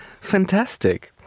Fantastic